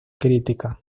crítica